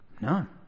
None